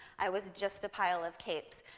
i was just a pile of capes.